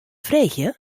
freegje